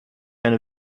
and